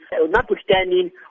notwithstanding